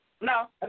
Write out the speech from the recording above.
No